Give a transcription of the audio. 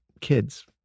kids